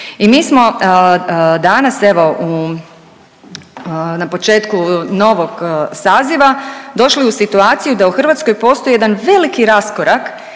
i mi smo danas evo u na početku novog saziva došli u situaciju da u Hrvatskoj postoji jedan veliki raskorak